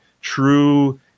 true